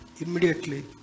Immediately